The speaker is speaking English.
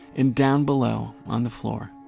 and down below on the floor,